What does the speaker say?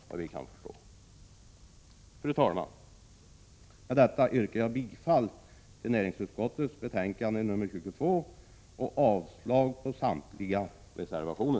Fru talman! Med detta yrkar jag bifall till hemställan i näringsutskottets betänkande 22 och avslag på samtliga reservationer.